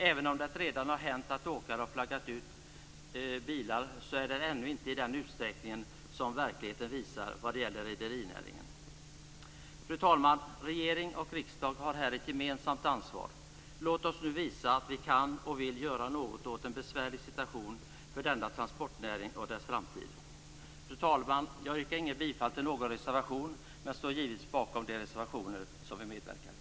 Även om det redan har hänt att åkare har flaggat ut bilar, sker det ändå inte i den utsträckning som verkligheten visar vad gäller rederinäringen. Fru talman! Regering och riksdag har här ett gemensamt ansvar. Låt oss nu visa att vi kan och vill göra något åt en besvärlig situation för denna transportnäring och dess framtid. Fru talman! Jag yrkar inte bifall till någon reservation men står givetvis bakom de reservationer som vi medverkar i.